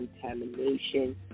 contamination